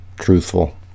truthful